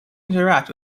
interact